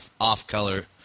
off-color